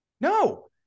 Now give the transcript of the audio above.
No